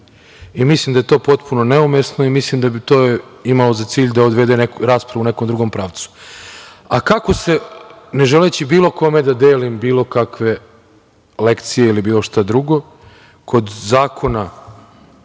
da je to potpuno neumesno i mislim da bi to imalo za cilj da odvede raspravu u nekom drugom pravcu. Ne želeći da bilo kome delim, bilo kakve lekcije ili bilo šta drugo kod Zakona